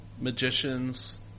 magicians